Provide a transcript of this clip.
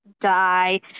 die